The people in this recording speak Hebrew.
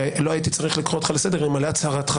שלא הייתי צריך לקרוא אותך לסדר אלמלא הצהרתך